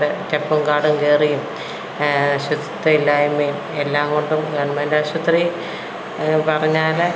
കെപ്പും കാടും കയറിയും ശുദ്ധം ഇല്ലായ്മയും എല്ലാം കൊണ്ടും ഗവൺമെൻ്റ് ആശുപത്രി പറഞ്ഞാൽ